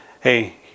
Hey